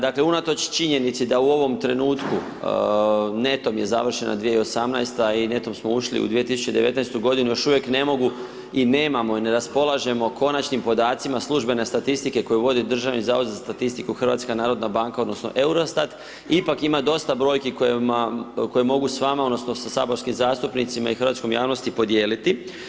Dakle, unatoč činjenici da u ovom trenutku netom je završena 2018.-ta i netom smo ušli u 2019.-tu godinu, još uvijek ne mogu i nemamo i ne raspolažemo konačnim podacima službene statistike koju vodi Državni zavod za statistiku, HNB odnosno Eurostat, ipak ima dosta brojki koje mogu s vama odnosno sa saborskim zastupnicima i hrvatskom javnosti podijeliti.